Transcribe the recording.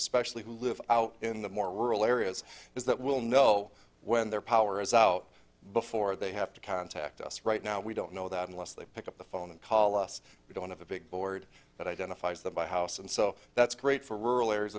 especially who live out in the more rural areas is that we'll know when their power is out before they have to contact us right now we don't know that unless they pick up the phone and call us we don't have a big board that identifies that by house and so that's great for rural areas